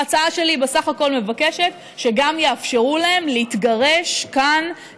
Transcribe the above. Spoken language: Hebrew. ההצעה שלי בסך הכול מבקשת שגם יאפשרו להם להתגרש כאן,